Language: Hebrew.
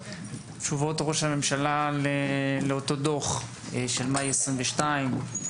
תשובות ראש הממשלה לאותו דוח של מאי 2022,